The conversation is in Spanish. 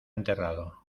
enterrado